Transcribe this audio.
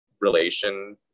relation